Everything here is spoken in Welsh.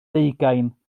deugain